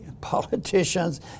politicians